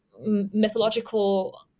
mythological